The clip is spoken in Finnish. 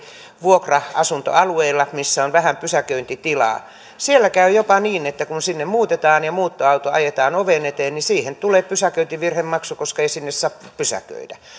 vuokra asuntoalueilla missä on vähän pysäköintitilaa siellä käy jopa niin että kun sinne muutetaan ja muuttoauto ajetaan oven eteen niin tulee pysäköintivirhemaksu koska ei sinne saa pysäköidä